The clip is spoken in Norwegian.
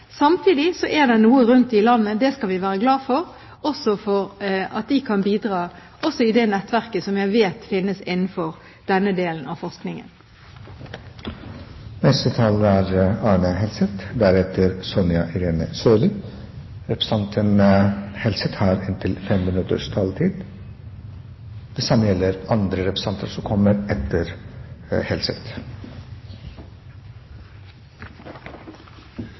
Samtidig er det noe forskning rundt i landet. Det skal vi være glad for – også for at de kan bidra også i det nettverket som jeg vet finnes innenfor denne delen av forskningen. Dagens interpellasjon er